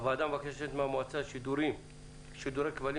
הוועדה מבקשת מהמועצה לשידורי כבלים